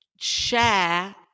share